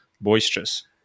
boisterous